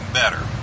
better